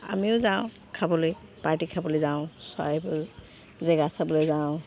আমিও যাওঁ খাবলৈ পাৰ্টি খাবলে যাওঁ চৰাইদেউ জেগা চাবলে যাওঁ